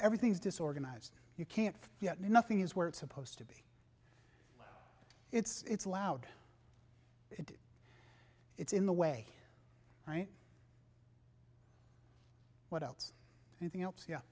everything's disorganized you can't yet nothing is where it's supposed to be it's loud it's in the way right what else anything else yeah